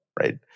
right